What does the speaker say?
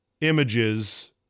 images